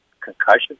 concussion